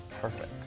Perfect